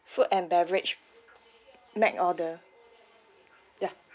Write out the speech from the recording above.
food and beverage make order yeah